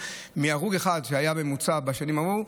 מהרוג אחד שהיה בממוצע בשנים עברו,